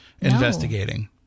investigating